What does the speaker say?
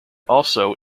also